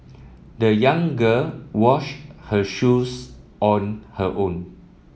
the young girl washed her shoes on her own